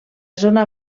zona